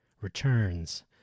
returns